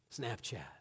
Snapchat